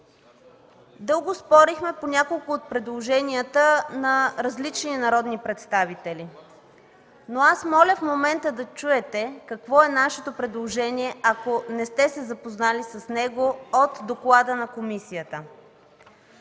дълго спорихме по няколко от предложенията на различни народни представители. Аз моля в момента да чуете какво е нашето предложение, ако не сте се запознали с него от доклада на комисията.